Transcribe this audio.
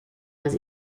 was